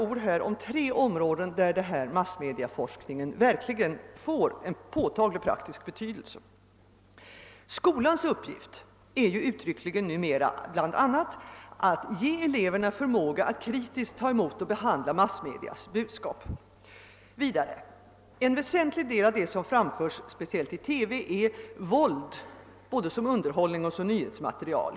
Jag vill här säga något om tre områden där massmediaforskning verkligen får påtaglig praktisk betydelse. Skolans uppgift sägs uttryckligen vara att bl.a. ge eleverna förmåga att kritiskt ta emot och behandla massmedias budskap. Vidare är en väsentlig del av vad som framföres i TV våld som underhållning och som nyhetsmaterial.